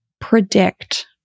predict